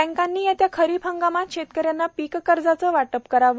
बँकांनी येत्या खरीप हंगामात शेतकऱ्यांना पीक कर्जाचे वाटप करावे